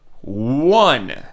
one